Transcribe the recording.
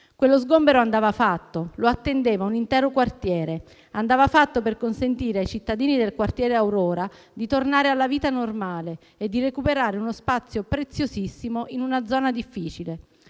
Quello sgombero andava fatto, lo attendeva un intero quartiere. Andava fatto per consentire ai cittadini del quartiere Aurora di tornare alla vita normale e di recuperare uno spazio preziosissimo in una zona difficile.